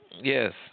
Yes